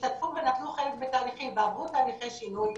שהשתתפו ולקחו חלק בתהליכים ועברו תהליכי שינוי,